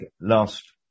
last